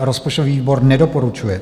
Rozpočtový výbor nedoporučuje.